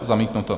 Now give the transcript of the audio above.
Zamítnuto.